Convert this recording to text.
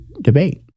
debate